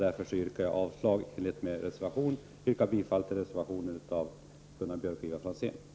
Därför yrkar jag avslag på utskottets hemställan och bifall till reservationen av Gunnar Björk och Ivar Franzén.